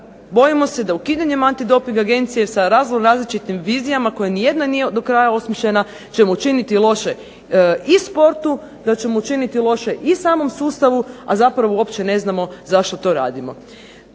Bojimo se da ukidanjem antidoping agencije sa razno različitim vizijama koja ni jedna nije do kraja osmišljena ćemo učiniti loše i sportu, da ćemo učiniti loše i samom sustavu, a zapravo uopće ne znamo zašto to radimo.